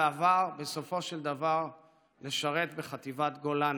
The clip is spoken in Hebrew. ועבר בסופו של דבר לשרת בחטיבת גולני.